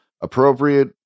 appropriate